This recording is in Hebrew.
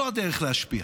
זו הדרך להשפיע.